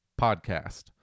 podcast